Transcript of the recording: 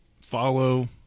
follow